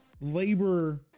labor